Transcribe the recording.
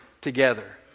together